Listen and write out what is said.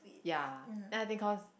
ya then I think cause